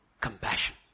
compassion